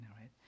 right